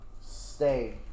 stay